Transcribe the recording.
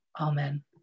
Amen